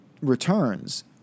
returns